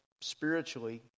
spiritually